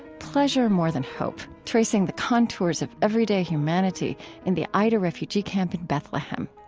pleasure more than hope tracing the contours of everyday humanity in the aida refugee camp in bethlehem.